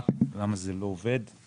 אני רוצה